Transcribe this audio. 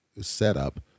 setup